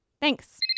Thanks